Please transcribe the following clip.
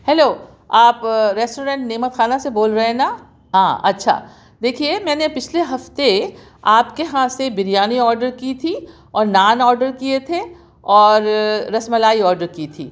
hello آپ restaurant Nemat Khana سے بول رہے ہیں نا ہاں اچھا دیکھئے میں نے پچھلے ہفتے آپ کے یہاں سے بریانی آرڈر کی تھی اور نان آرڈر کیے تھے اور رس ملائی آرڈر کی تھی